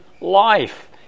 life